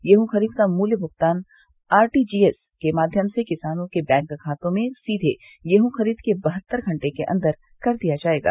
गेहूँ खरीद का मूल्य भूगतान आरटीजीएस के माध्यम से किसानों के बैंक खातों में सीधे गेहूँ खरीद के बहत्तर घंटे के अन्दर कर दिया जायेगा